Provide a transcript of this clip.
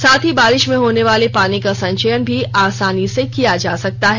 साथ ही बारिश में होने वाले पानी का संचयन भी आसानी से किया जा सकता है